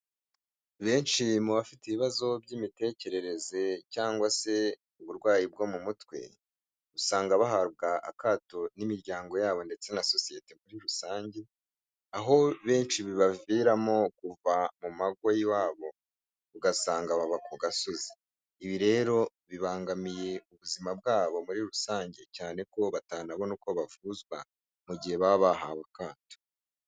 Benshi mu bafite ibibazo by'imitekerereze cyangwa se uburwayi bwo mu mutwe, usanga bahabwa akato n'imiryango yabo ndetse na sosiyete muri rusange, aho benshi bibaviramo kuva mu mago y'iwabo ugasanga baba ku gasozi, ibi rero bibangamiye ubuzima bwabo muri rusange cyane ko batanabona uko bavuzwa mu gihe baba bahawe akato.